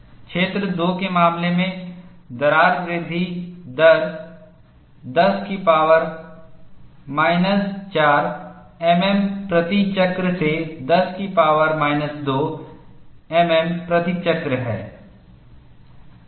क्षेत्र 2 के मामले में दरार वृद्धि दर 10 4 mm प्रति चक्र से 10 2 mm प्रति चक्र है